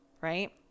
right